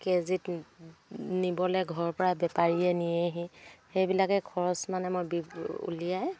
কেজিত নিবলৈ ঘৰ পৰা বেপাৰীয়ে নিয়েহি সেইবিলাকে খৰচ মানে মই বি উলিয়াই